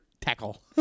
tackle